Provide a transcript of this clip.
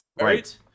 Right